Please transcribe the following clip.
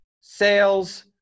sales